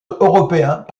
européens